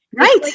Right